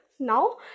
Now